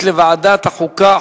לוועדת החוקה,